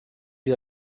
die